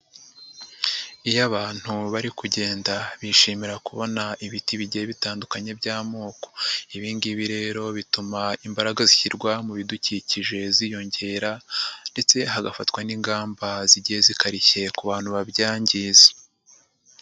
Iyo abantu bari kugenda bishimira kubona ibiti bigiye bitandukanye by'amoko, ibi ngibi rero bituma imbaraga zishyirwa mu bidukikije ziyongera ndetse hagafatwa n'ingamba zigiye zikarishye ku bantu babyangiza.